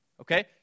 okay